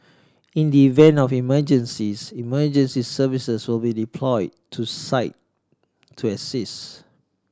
in the event of an emergencies emergency services will be deployed to site to assists